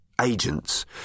Agents